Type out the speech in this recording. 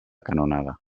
canonada